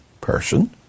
person